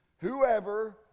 Whoever